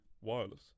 Wireless